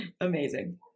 Amazing